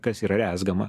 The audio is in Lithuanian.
kas yra rezgama